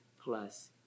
plus